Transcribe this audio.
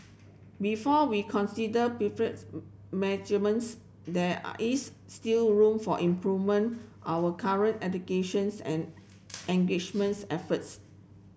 before we consider measurements there is still room for improvement our current educations and engagements efforts